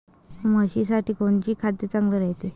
म्हशीसाठी कोनचे खाद्य चांगलं रायते?